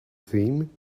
theme